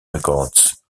records